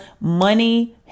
money